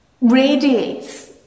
radiates